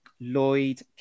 Lloyd